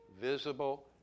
visible